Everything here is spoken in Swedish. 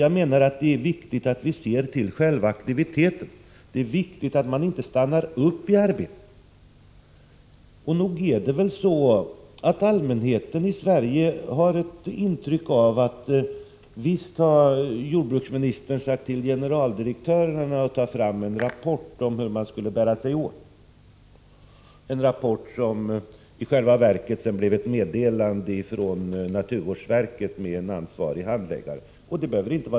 Jag anser att det är viktigt att hela tiden bedriva aktiviteter, att inte stanna upp i arbetet! Allmänheten i Sverige har nog klart för sig att jordbruksministern har sagt till generaldirektörerna att ta fram en rapport om hur man skulle bära sig åt för att klara dessa problem — en rapport som sedan i själva verket blev ett meddelande från en ansvarig handläggare inom naturvårdsverket.